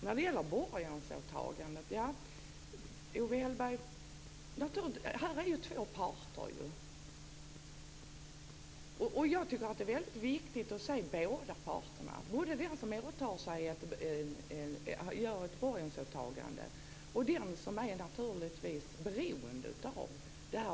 När det gäller borgensåtagandet vill jag säga till Owe Hellberg att det finns två parter. Jag tycker att det är väldigt viktigt att se båda parterna. Det gäller den som gör ett borgensåtagande och den som är beroende av borgensåtagandet.